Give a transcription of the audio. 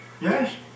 Yes